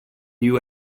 you